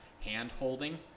hand-holding